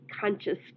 Conscious